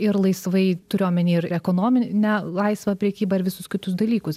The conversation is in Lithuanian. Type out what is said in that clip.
ir laisvai turiu omeny ir ekonominę laisvą prekybą ir visus kitus dalykus